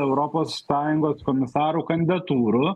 europos sąjungos komisarų kandidatūrų